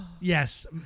Yes